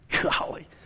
golly